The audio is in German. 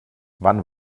wann